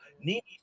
Nini